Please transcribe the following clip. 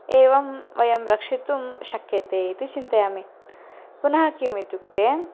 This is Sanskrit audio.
एवं वयं रक्षितुं शक्यते इति चिन्तयामि पुनः किम् इत्युक्ते